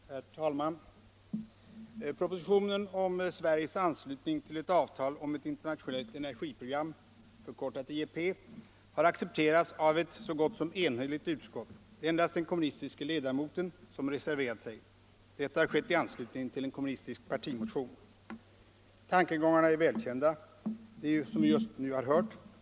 Herr talman! Propositionen om Sveriges anslutning till ett avtal om ett internationellt energiprogram, IEP, har accepterats av ett så gott som enhälligt utskott. Det är endast den kommunistiska ledamoten som reserverat sig. Detta har skett i anslutning till en kommunistisk partimotion. Tankegångarna är välkända, som vi just nu har hört.